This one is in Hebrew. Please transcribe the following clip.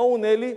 מה הוא עונה לי?